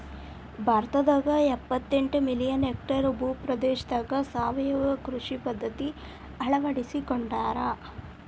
ಭಾರತದಾಗ ಎಪ್ಪತೆಂಟ million hectare ಭೂ ಪ್ರದೇಶದಾಗ ಸಾವಯವ ಕೃಷಿ ಪದ್ಧತಿ ಅಳ್ವಡಿಸಿಕೊಂಡಾರ